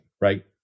right